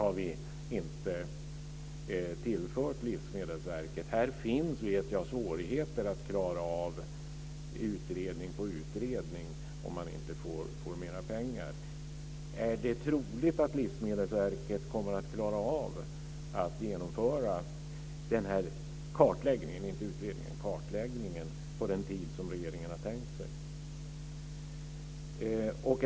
Såvitt jag vet har Livsmedelsverket svårigheter att klara utredning på utredning om det inte får mera pengar. Är det troligt att Livsmedelsverket kommer att klara att genomföra denna kartläggning på den tid som regeringen har tänkt sig?